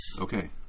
Okay